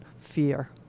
fear